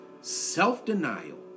Self-denial